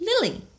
Lily